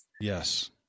Yes